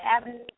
avenue